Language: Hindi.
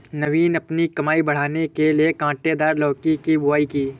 नवीन अपनी कमाई बढ़ाने के लिए कांटेदार लौकी की बुवाई की